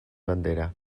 bandera